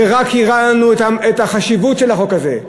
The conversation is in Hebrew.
זה רק הראה לנו את החשיבות של החוק הזה,